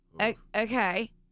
okay